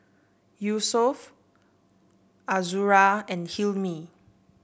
Yusuf Azura and Hilmi